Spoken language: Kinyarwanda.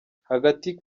hagati